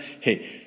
Hey